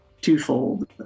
twofold